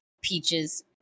peaches